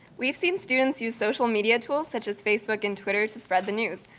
we have seen students use social media tools such as facebook and twitter to spread the news.